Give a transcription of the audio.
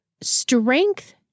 strength